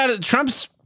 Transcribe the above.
Trump's